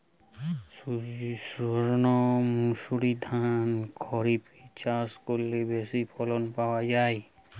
সর্ণমাসুরি ধান খরিপে চাষ করলে বেশি ফলন পাওয়া যায়?